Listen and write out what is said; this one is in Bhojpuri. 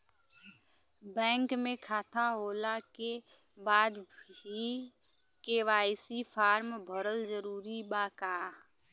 बैंक में खाता होला के बाद भी के.वाइ.सी फार्म भरल जरूरी बा का?